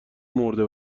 مرده